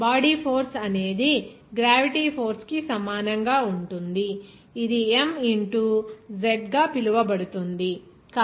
body force అనేది gravity force కి సమానంగా ఉంటుందిఇది m ఇంటూ z గా పిలువబడుతుంది